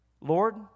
Lord